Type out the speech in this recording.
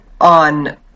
on